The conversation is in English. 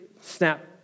snap